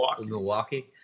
Milwaukee